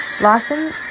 Lawson